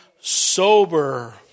sober